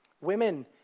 Women